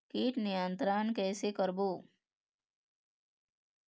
कीट नियंत्रण कइसे करबो?